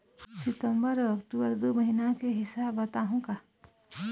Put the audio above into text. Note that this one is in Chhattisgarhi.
सितंबर अऊ अक्टूबर दू महीना के हिसाब बताहुं का?